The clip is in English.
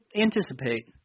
anticipate